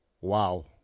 wow